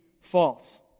false